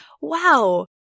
wow